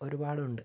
ഒരുപാടുണ്ട്